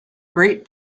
great